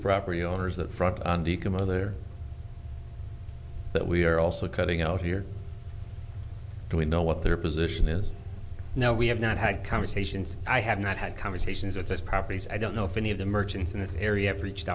property owners the front on deacon mother that we are also cutting out here do we know what their position is now we have not had conversations i have not had conversations with his properties i don't know if any of the merchants in this area have reached